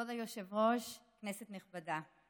כבוד היושב-ראש, כנסת נכבדה,